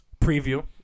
Preview